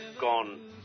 gone